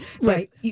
Right